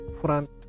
front